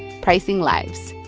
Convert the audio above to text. pricing lives.